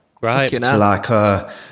Right